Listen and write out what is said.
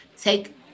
take